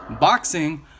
Boxing